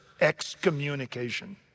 excommunication